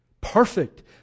Perfect